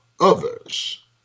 others